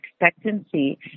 expectancy